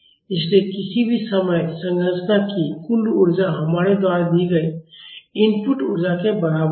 इसलिए किसी भी समय संरचना की कुल ऊर्जा हमारे द्वारा दी गई इनपुट ऊर्जा के बराबर होगी